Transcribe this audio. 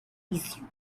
issue